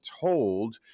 told